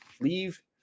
leave